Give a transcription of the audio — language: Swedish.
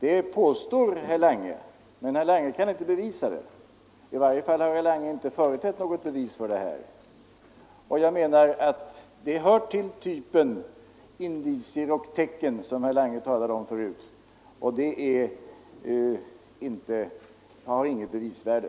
Det påstår herr Lange, men herr Lange kan inte bevisa det. I varje fall har herr Lange inte företett något bevis för det. Herr Langes påstående hör till typen indicier och tecken som herr Lange talade om förut, och de har ju inget bevisvärde.